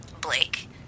Blake